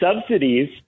subsidies